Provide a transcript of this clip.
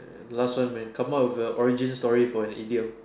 eh last one man come up with a original story for an idiom